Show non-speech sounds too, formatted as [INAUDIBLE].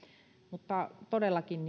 mutta todellakin [UNINTELLIGIBLE]